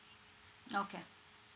okay